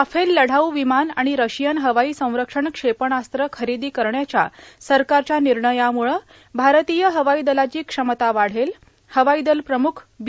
Rafale लढाऊ विमान आणि रशियन हवाई संरक्षण क्षेपणास्त्र खरेदी करण्याच्या सरकारच्या निर्णयामुळं भारतीय हवाई दलाची क्षमता वाढेल हवाईदल प्रमुख बी